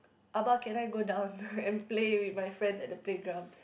abah can I go down and play with my friends at the playground